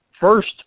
first